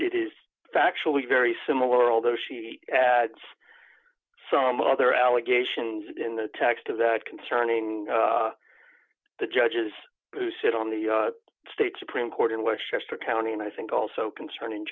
it is factually very similar although she had some other allegations in the text of that concerning the judges who sit on the state supreme court in westchester county and i think also concerning